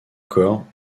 corps